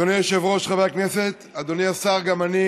אדוני היושב-ראש, חברי הכנסת, אדוני השר, גם אני